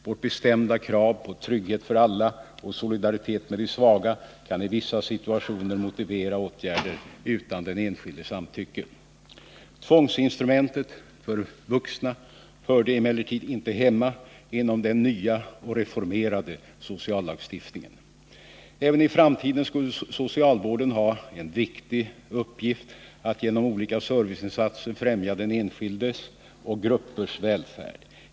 Vårt bestämda krav på trygghet för alla och solidaritet med de svaga kan i vissa situationer motivera åtgärder utan den enskildes samtycke. Tvångsinstrumentet för vuxna hörde emellertid inte hemma inom den nya och reformerade sociallagstiftningen. Även i framtiden skulle socialvården ha en viktig uppgift att genom olika serviceinsatser främja den enskildes och gruppers välfärd.